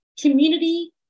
community